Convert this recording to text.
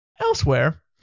Elsewhere